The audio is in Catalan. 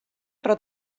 però